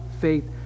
faith